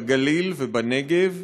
בגליל ובנגב,